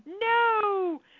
no